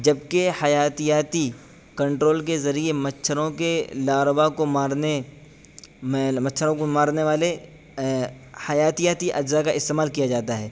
جب کہ حیاتیاتی کنٹرول کے ذریعے مچھروں کے لاروا کو مارنے میل مچھروں کو مارنے والے حیاتیاتی اجزا کا استعمال کیا جاتا ہے